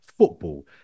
Football